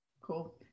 Cool